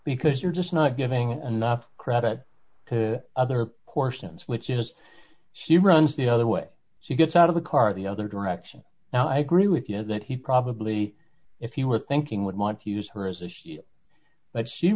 because you're just not giving enough credit to other portions which you know she runs the other way she gets out of the car the other direction now i agree with you know that he probably if you were thinking would want to use her as a shoe but she